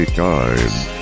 guys